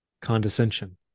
Condescension